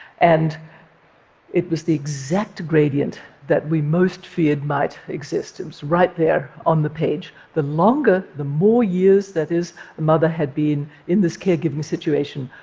and it was the exact gradient that we most feared might exist. it was right there on the page. the longer, the more years that is, the mother had been in this caregiving situation,